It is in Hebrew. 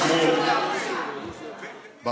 מובטלים, אדוני ראש הממשלה?